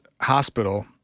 hospital